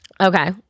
Okay